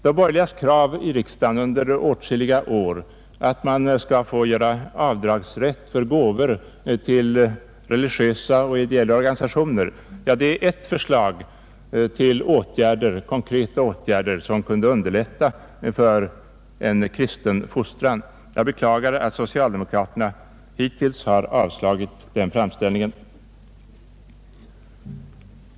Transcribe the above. De borgerligas krav i riksdagen under åtskilliga år på avdragsrätt för gåvor till bl.a. religiösa och ideella organisationer är ett förslag till konkreta åtgärder som kunde underlätta en kristen fostran. Jag beklagar att socialdemokraterna hittills har avslagit denna framställning.